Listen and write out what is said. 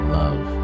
love